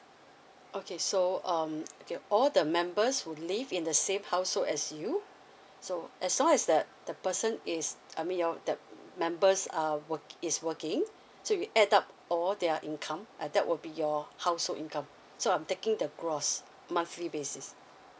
okay so um okay all the members who live in the same household as you so as long as that the person is I mean your that members um wor~ is working so we add up all their income uh that will be your household income so I'm taking the gross monthly basis